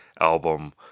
album